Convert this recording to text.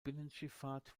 binnenschifffahrt